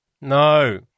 No